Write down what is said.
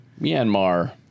Myanmar